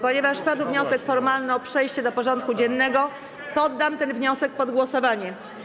Ponieważ padł wniosek formalny o przejście do porządku dziennego, poddam ten wniosek pod głosowanie.